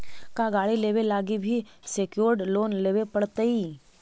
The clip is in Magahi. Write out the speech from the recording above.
का गाड़ी लेबे लागी भी सेक्योर्ड लोन लेबे पड़तई?